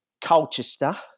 Colchester